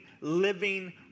living